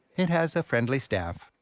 it has a friendly staff.